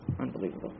Unbelievable